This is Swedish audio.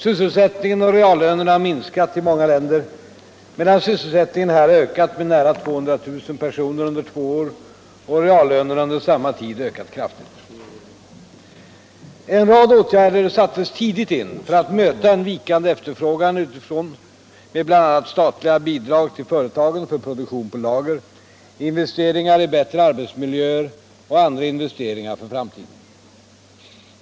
Sysselsättningen och reallönerna har minskat i många länder, medan sysselsättningen här har ökat med nära 200 000 personer under två år och reallönerna under samma tid har ökat kraftigt. 55 En rad åtgärder sattes tidigt in för att möta en vikande efterfrågan utifrån med bl.a. statliga bidrag till företagen för produktion på lager, investeringar i bättre arbetsmiljöer och andra investeringar för framtiden.